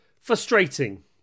frustrating